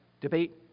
debate